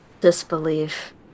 disbelief